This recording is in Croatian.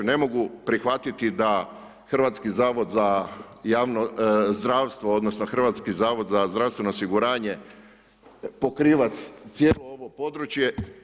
Ne mogu prihvatiti da Hrvatski zavod za javno zdravstvo odnosno Hrvatski zavod za zdravstveno osiguranje pokriva cijelo ovo područje.